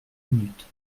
minutes